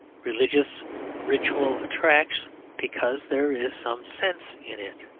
religious ritual attracts because there is some sense in it.